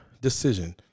decision